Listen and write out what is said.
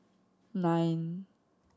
nine